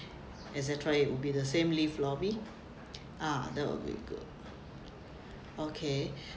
et cetera it would be the same lift lobby ah that would be good okay